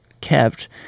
kept